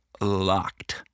locked